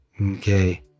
okay